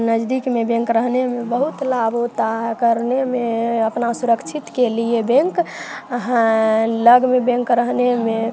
नजदीक में बैंक रहने में बहुत लाभ होता है करने में अपना सुरक्षित के लिए बैंक हैं लग में बैंक रहने में